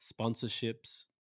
Sponsorships